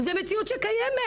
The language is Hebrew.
זו מציאות שקיימת.